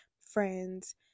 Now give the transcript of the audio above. friends